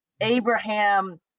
Abraham